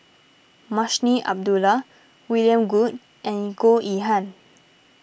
Munshi Abdullah William Goode and Goh Yihan